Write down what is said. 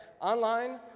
online